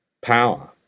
power